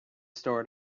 store